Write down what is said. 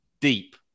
deep